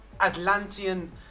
Atlantean